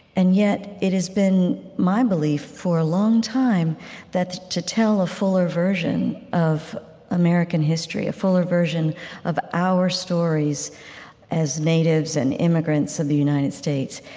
and yet, it has been my belief for a long time that, to tell a fuller version of american history, a fuller version of our stories as natives and immigrants of the united states,